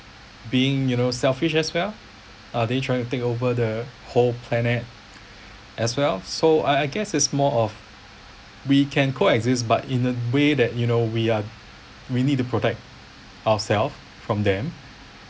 being you know selfish as well are they trying to take over the whole planet as well so I I guess it's more of we can co exist but in a way that you know we are we need to protect ourselves from them